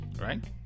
right